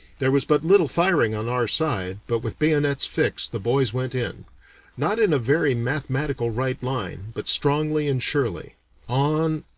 there was but little firing on our side, but with bayonets fixed the boys went in not in a very mathematical right line, but strongly and surely on,